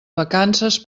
vacances